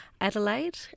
Adelaide